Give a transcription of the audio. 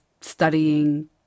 studying